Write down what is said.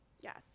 Yes